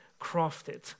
crafted